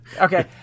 Okay